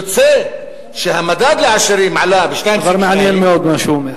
יוצא שהמדד לעשירים עלה ב-2.2% דבר מעניין מאוד מה שהוא אומר.